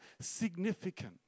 significant